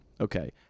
okay